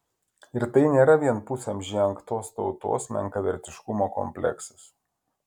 ir tai nėra vien pusamžį engtos tautos menkavertiškumo kompleksas